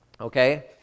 okay